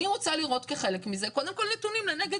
כחלק מזה אני רוצה לראות קודם כל נתונים לנגד